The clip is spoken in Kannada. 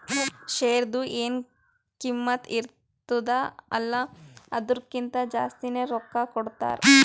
ಶೇರ್ದು ಎನ್ ಕಿಮ್ಮತ್ ಇರ್ತುದ ಅಲ್ಲಾ ಅದುರ್ಕಿಂತಾ ಜಾಸ್ತಿನೆ ರೊಕ್ಕಾ ಕೊಡ್ತಾರ್